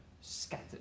scattered